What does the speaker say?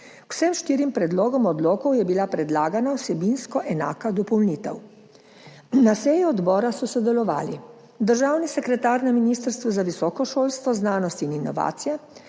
K vsem štirim predlogom odlokov je bila predlagana vsebinsko enaka dopolnitev. Na seji odbora so sodelovali: državni sekretar na Ministrstvu za visoko šolstvo, znanost in inovacije,